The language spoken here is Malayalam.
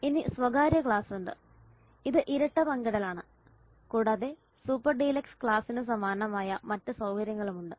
ഇനി സ്വകാര്യ ക്ലാസ് ഉണ്ട് അത് ഇരട്ട പങ്കിടലാണ് കൂടാതെ സൂപ്പർ ഡീലക്സ് ക്ലാസിന് സമാനമായ മറ്റ് സൌകര്യങ്ങളും ഉണ്ട്